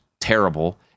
terrible